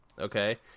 Okay